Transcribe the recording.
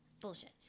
Bullshit